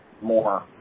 more